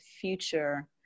future